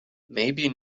maybe